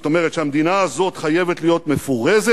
זאת אומרת שהמדינה הזאת חייבת להיות מפורזת,